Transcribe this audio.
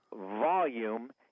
volume